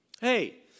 Hey